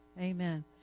Amen